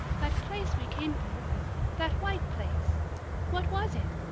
that place we came through that white place what was it?